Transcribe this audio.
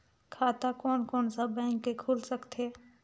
खाता कोन कोन सा बैंक के खुल सकथे?